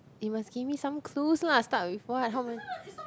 you must give me some clues lah start with what how many